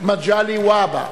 מגלי והבה,